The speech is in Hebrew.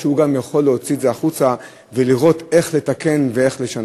שהוא גם יכול להוציא את זה החוצה ולראות איך לתקן ואיך לשנות.